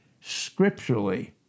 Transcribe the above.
scripturally